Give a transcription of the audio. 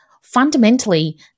fundamentally